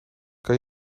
kan